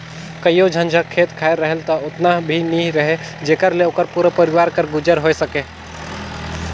कइयो झन जग खेत खाएर रहेल ता ओतना भी नी रहें जेकर ले ओकर पूरा परिवार कर गुजर होए सके